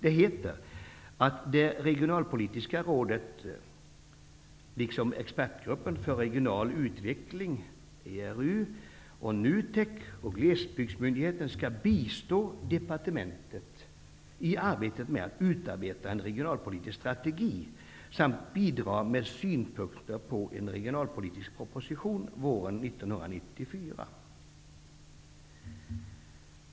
Det heter att det regionalpolitiska rådet liksom NUTEK och Glesbygdsmyndigheten skall bistå departementet i arbetet med att utarbeta en regionalpolitisk strategi samt bidra med synpunkter på en regionalpolitisk proposition våren 1994.